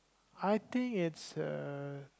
I think it's a